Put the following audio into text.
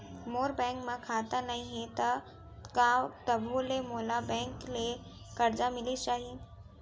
मोर bank म खाता नई हे त का तभो ले मोला बैंक ले करजा मिलिस जाही?